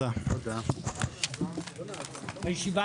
הישיבה